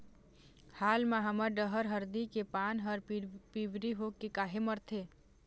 हाल मा हमर डहर हरदी के पान हर पिवरी होके काहे मरथे?